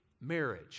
marriage